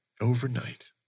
Overnight